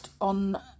on